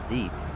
Deep